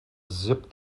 zip